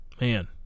Man